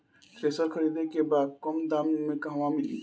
Thresher खरीदे के बा कम दाम में कहवा मिली?